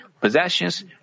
possessions